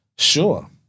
Sure